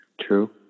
True